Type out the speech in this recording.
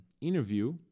interview